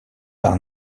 par